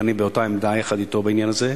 ואני באותה עמדה יחד אתו בעניין הזה,